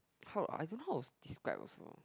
how I don't know how to describe also